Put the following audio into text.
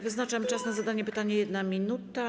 Wyznaczam czas na zadanie pytania - 1 minuta.